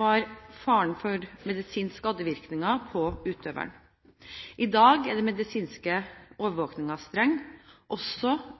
var faren for medisinske skadevirkninger på utøveren. I dag er den medisinske overvåkingen streng, også